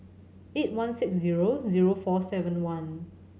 eight one six zero zero four seven one